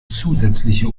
zusätzliche